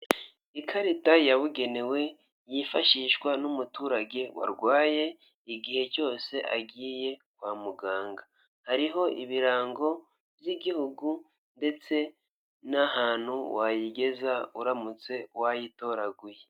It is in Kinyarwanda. Ikarita yabugenewe yifashishwa n'umuturage warwaye igihe cyose agiye kwa muganga, hariho ibirango by'igihugu ndetse n'ahantu wayigeza uramutse wayitoraguye.